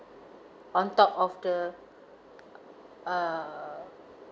on top of the err